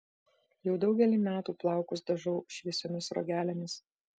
jau daugelį metų plaukus dažau šviesiomis sruogelėmis